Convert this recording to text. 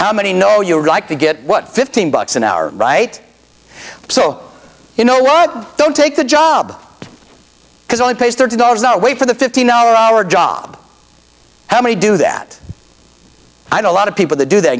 how many know you like to get what fifteen bucks an hour right so you know a lot don't take the job because only pays thirty dollars an hour wait for the fifteen hour hour job how many do that i don't lot of people that do that